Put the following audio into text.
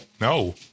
No